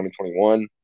2021